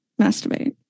masturbate